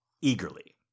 eagerly